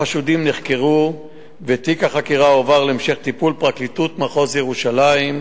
החשודים נחקרו ותיק החקירה הועבר להמשך טיפול פרקליטות מחוז ירושלים.